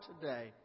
today